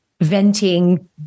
venting